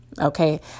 Okay